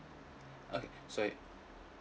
okay so you